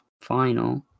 final